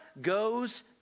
goes